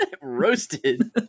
Roasted